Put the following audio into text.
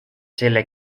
selle